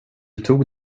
tog